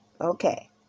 Okay